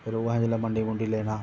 फिर ओह् असें जेल्लै मंडी लेना